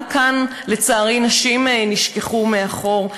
גם כאן, לצערי, נשים נשכחו מאחור?